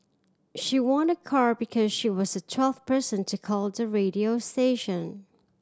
she won a car because she was the twelfth person to call the radio station